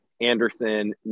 Anderson